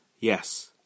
Yes